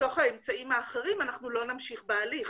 מתוך האמצעים האחרים, אנחנו לא נמשיך בהליך.